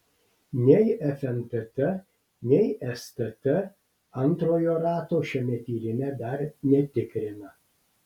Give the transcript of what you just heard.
nei fntt nei stt antrojo rato šiame tyrime dar netikrina